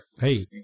Hey